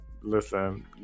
listen